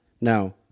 No